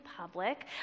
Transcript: public